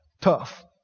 tough